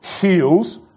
heals